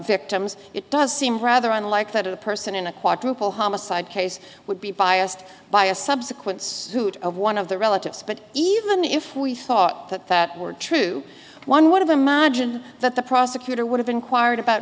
victims it does seem rather unlike that a person in a quadruple homicide case would be biased by a subsequence of one of the relatives but even if we thought that that were true one would have imagined that the prosecutor would have inquired about